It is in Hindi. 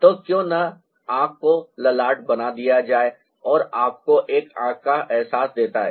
तो क्यों न आंख को ललाट बना दिया जाए जो आपको एक आंख का एहसास देता है